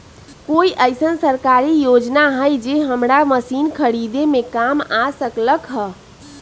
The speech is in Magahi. कोइ अईसन सरकारी योजना हई जे हमरा मशीन खरीदे में काम आ सकलक ह?